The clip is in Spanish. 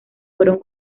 fueron